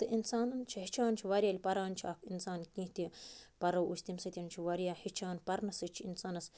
تہٕ اِنسانَن چھُ ہیٚچھان چھُ واریاہ ییٚلہِ پَران چھُ اَکھ اِنسان کیٚنٛہہ تہِ پرو أسۍ تَمہِ سۭتٮ۪ن چھُ واریاہ ہیٚچھان پرنہٕ سۭتۍ چھِ اِنسانَس